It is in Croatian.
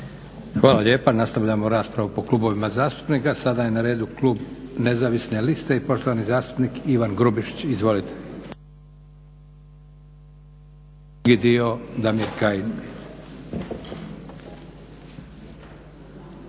Hvala lijepa. Nastavljamo raspravu po klubovima zastupnika. Sada je na redu Nezavisna lista i poštovani zastupnik Ivan Grubišić. Izvolite.